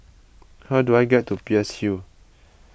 how do I get to Peirce Hill